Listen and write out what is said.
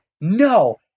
no